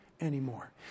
anymore